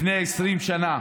לפני 20 שנה